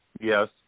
Yes